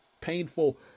painful